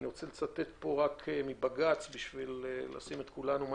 אני רוצה לצטט מבג"ץ כדי למקד את כולנו: